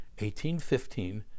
1815